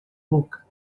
boca